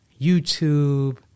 YouTube